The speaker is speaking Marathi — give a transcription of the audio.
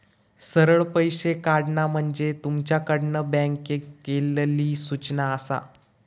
सरळ पैशे काढणा म्हणजे तुमच्याकडना बँकेक केलली सूचना आसा